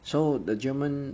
so the german